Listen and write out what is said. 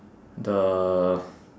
the